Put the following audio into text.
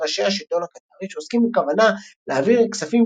ראשי השלטון הקטרי שעוסקים בכוונה להעביר כספים